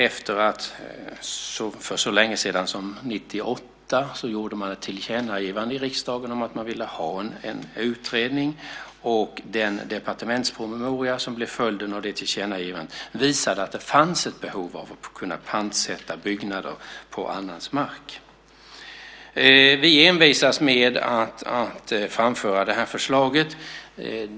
Att riksdagen för så länge sedan som 1998 gjorde ett tillkännagivande att man ville ha en utredning, och den departementspromemoria som blev följden av det tillkännagivandet, visar att det fanns ett behov av att kunna pantsätta byggnader på annans mark. Vi envisas med att framföra det här förslaget.